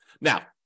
Now